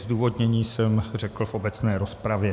Zdůvodnění jsem řekl v obecné rozpravě.